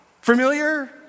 familiar